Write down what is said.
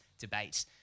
debate